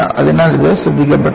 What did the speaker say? അതിനാൽ ഇത് ശ്രദ്ധയിൽപ്പെട്ടില്ല